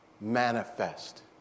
manifest